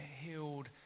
healed